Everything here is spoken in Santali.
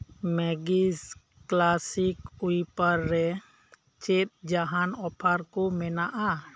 ᱢᱮᱜᱤᱥ ᱠᱮᱞᱟᱥᱤᱠ ᱩᱭᱤᱯᱟᱨ ᱨᱮ ᱪᱮᱫ ᱡᱟᱸᱦᱟᱱ ᱚᱯᱷᱟᱨ ᱠᱚ ᱢᱮᱱᱟᱜᱼᱟ